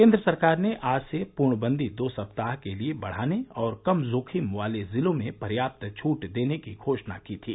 केन्द्र सरकार ने आज से पूर्णबंदी दो सप्ताह के लिए बढ़ाने और कम जोखिम वाले जिलों में पर्याप्त छूट देने की घोषणा की थी